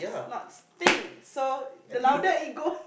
not stinks so the louder it go